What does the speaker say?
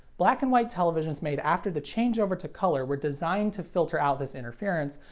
black and white televisions made after the changeover to color were designed to filter out this interference,